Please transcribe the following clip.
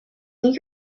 think